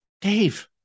Dave